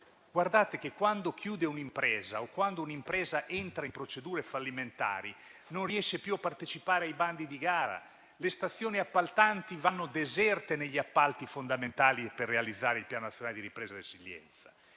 Guardate che quando chiude un'impresa o quando un'impresa entra in procedure fallimentari non riesce più a partecipare ai bandi di gara. Le stazioni appaltanti vanno deserte negli appalti fondamentali per realizzare il Piano nazionale di ripresa e resilienza.